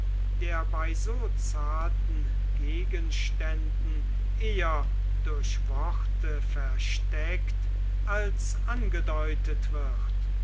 der bei so zarten gegenständen eher durch worte versteckt als angedeutet wird